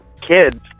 kids